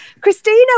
Christina